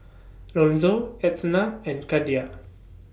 Lonzo Etna and Cordia